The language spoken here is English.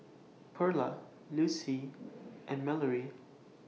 Perla Lucie and Mallorie